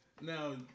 Now